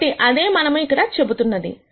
కాబట్టి అదే మనము ఇక్కడ చెబుతున్నది